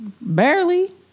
Barely